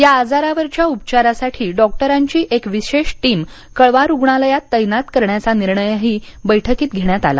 या आजारावरच्या उपचारासाठी डॉक्टरांची एक विशेष टीम कळवा रुग्णालयात तैनात करण्याचा निर्णयही बैठकीत घेण्यात आला